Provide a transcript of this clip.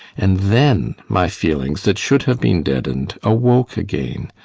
and then my feelings that should have been deadened awoke again,